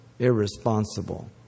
Irresponsible